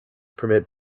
permit